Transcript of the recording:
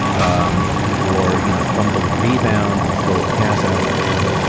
um or, you know, fumble a rebound or throw a pass out of bounds.